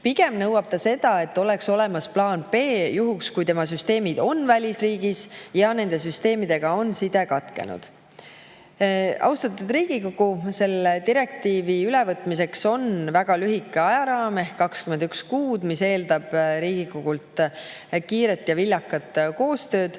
Pigem nõuab ta seda, et oleks olemas plaan B juhuks, kui tema süsteemid on välisriigis ja nende süsteemidega on side katkenud. Austatud Riigikogu, selle direktiivi ülevõtmiseks on väga lühike ajaraam ehk 21 kuud, mis eeldab Riigikogult kiiret ja viljakat koostööd.